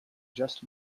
just